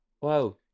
Wow